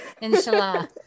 Inshallah